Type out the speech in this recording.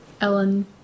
Ellen